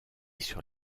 sur